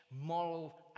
moral